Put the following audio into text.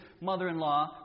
mother-in-law